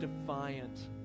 defiant